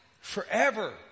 forever